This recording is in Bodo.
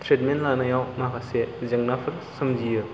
ट्रिटमेन्ट लानायाव माखासे जेंनाफोर सोमजियो